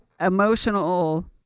emotional